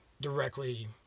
directly